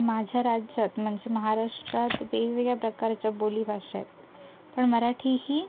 माझ्या राज्यात म्हणजे महाराष्ट्रात वेगवेगळ्या प्रकारच्या बोलीभाषा आहेत पण मराठी ही